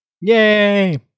yay